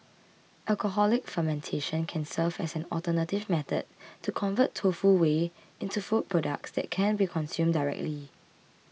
alcoholic fermentation can serve as an alternative method to convert tofu whey into food products that can be consumed directly